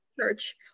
church